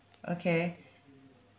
okay